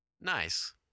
nice